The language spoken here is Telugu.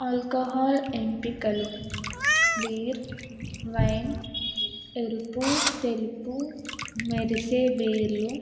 ఆల్కహాల్ ఎంపికలు బీర్ వైన్ ఎరుపు తెలుపు మెరిసే బీర్లు